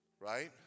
Right